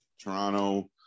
Toronto